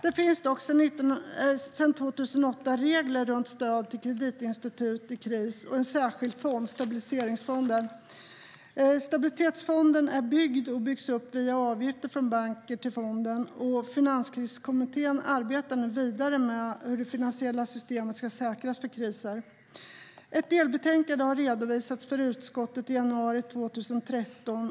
Det finns dock sedan 2008 regler runt stöd till kreditinstitut i kris och en särskild fond, nämligen Stabilitetsfonden. Stabilitetsfonden är byggd, och byggs upp, via avgifter från bankerna till fonden. Finanskriskommittén arbetar nu vidare med hur det finansiella systemet ska säkras för kriser. Ett delbetänkande har redovisats för utskottet i januari 2013.